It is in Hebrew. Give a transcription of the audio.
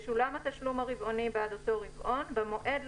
זה תואם את ההסבר שנתתם.